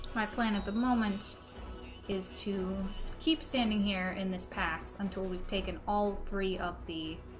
my plan at the moment is to keep standing here in this pass until we've taken all three of the